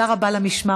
תודה רבה למשמר.